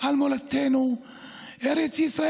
זה ערבי,